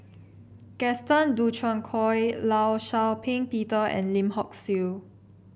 Gaston Dutronquoy Law Shau Ping Peter and Lim Hock Siew